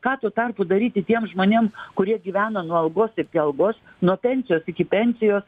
ką tu tarpu daryti tiem žmonėm kurie gyvena nuo algos iki algos nuo pensijos iki pensijos